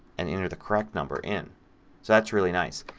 and enter the correct number in. so that's really nice.